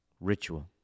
ritual